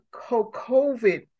COVID